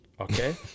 Okay